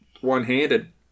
one-handed